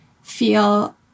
feel